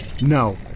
no